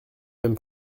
même